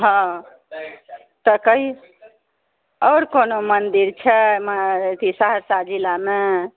हँ तऽ कहीँ आओर कोनो मन्दिर छै अथी सहरसा जिलामे